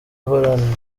uhorana